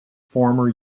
former